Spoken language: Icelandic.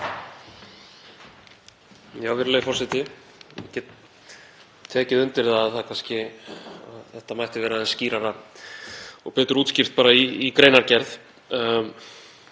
Virðulegi forseti. Ég get tek undir að þetta mætti vera skýrara og betur útskýrt í greinargerð.